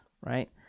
Right